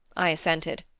i assented.